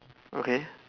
okay